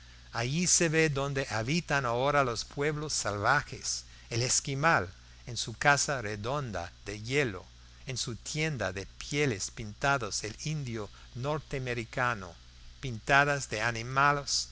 allí se ve donde habitan ahora los pueblos salvajes el esquimal en su casa redonda de hielo en su tienda de pieles pintadas el indio norteamericano pintadas de animales